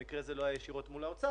במקרה הזה זה לא היה ישירות מול האוצר,